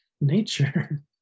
nature